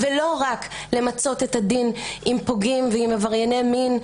ולא רק למצות את הדין עם פוגעים ועם עברייני מין,